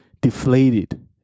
deflated